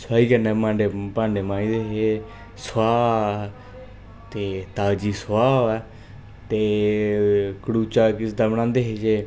सोहाई कन्नै भांडे भांडे मांजदे हे सोआह् ते ताजी सोआह् होऐ ते खड़ूचा किस दा बनांदे हे जे